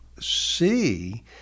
see